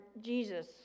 Jesus